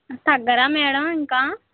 తగ్గరా madam ఇంక